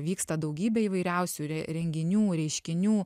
vyksta daugybė įvairiausių re renginių reiškinių